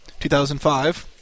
2005